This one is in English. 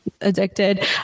addicted